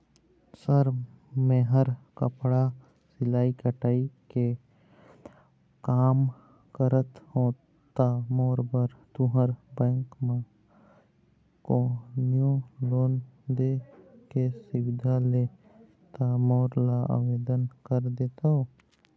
Sir मेहर कपड़ा सिलाई कटाई के कमा करत हों ता मोर बर तुंहर बैंक म कोन्हों लोन दे के सुविधा हे ता मोर ला आवेदन कर देतव?